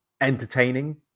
entertaining